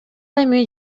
эми